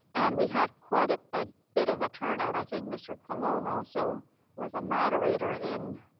and we had quite ah a bit of a turnout. i think mr. colon also was a moderator in